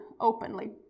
openly